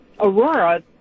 Aurora